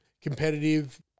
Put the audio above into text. competitive